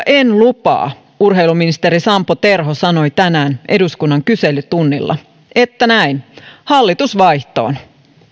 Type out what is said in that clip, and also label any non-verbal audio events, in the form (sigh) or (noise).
(unintelligible) en lupaa urheiluministeri sampo terho sanoi tänään eduskunnan kyselytunnilla että näin hallitus vaihtoon